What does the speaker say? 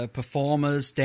performers